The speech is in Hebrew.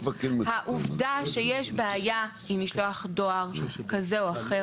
העובדה שיש בעיה עם משלוח דואר כזה או אחר,